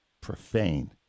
profane